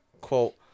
quote